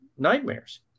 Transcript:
nightmares